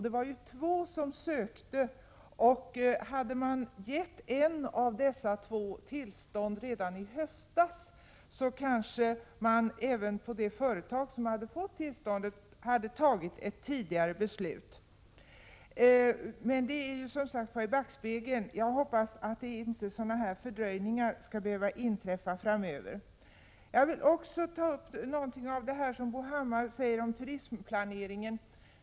Det var två rederier som sökte tillstånd, och hade ett av dessa två givits tillstånd redan i höstas kanske man även på det företaget hade fattat ett beslut tidigare. Men det är som sagt sett i backspegeln. Jag hoppas att inga sådana här fördröjningar skall behöva inträffa framöver. Jag vill också ta upp något av det som Bo Hammar säger om turismplaneringen.